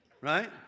Right